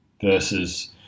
versus